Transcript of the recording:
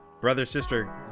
brother-sister